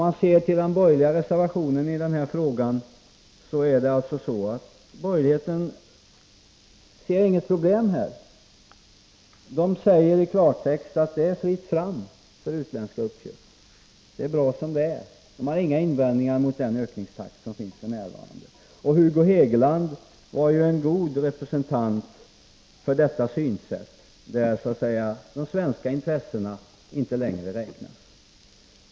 Av den borgerliga reservationen i denna fråga framgår att borgerligheten inte ser något problem i detta sammanhang. Man säger i klartext att det är fritt fram för utländska uppköp och att det är bra som det är. Man har inga invändningar mot den nuvarande ökningstakten. Hugo Hegeland var en god representant för detta synsätt, där de svenska intressena inte längre räknas.